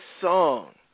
song